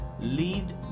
lead